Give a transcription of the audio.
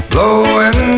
Blowing